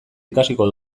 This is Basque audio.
ikasiko